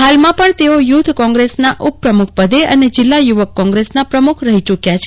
હાલમાં પણ તઓ યથ કોંગ્રેસના ઉપપ્રમુખ પદ અને જિલ્લા યુવક કોંગ્રેસના પ્રમુખ રહી ચુકયા છે